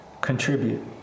contribute